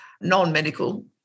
non-medical